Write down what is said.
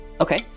Okay